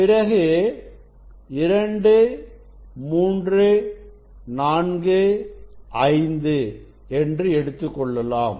பிறகு 2 3 4 5 என்று எடுத்துக்கொள்ளலாம்